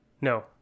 No